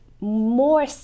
more